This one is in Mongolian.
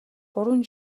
гурван